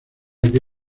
que